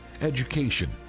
education